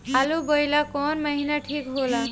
आलू बोए ला कवन महीना ठीक हो ला?